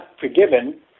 forgiven